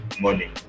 money